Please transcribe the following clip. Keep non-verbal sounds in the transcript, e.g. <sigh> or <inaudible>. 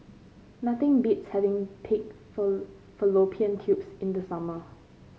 nothing beats having Pig <unintelligible> Fallopian Tubes in the summer